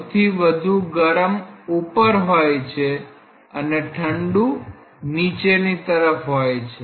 સૌથી વધુ ગરમ ઉપર હોય છે અને ઠંડુ નીચેની તરફ હોય છે